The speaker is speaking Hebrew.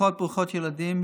משפחות ברוכות ילדים,